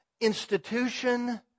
institution